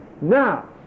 Now